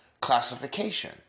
classification